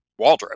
waldrop